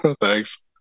Thanks